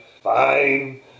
fine